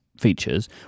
features